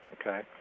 okay